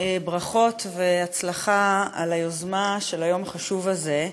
ברכות על היוזמה של היום החשוב הזה.